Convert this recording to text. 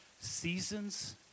Seasons